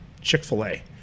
Chick-fil-A